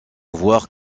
voir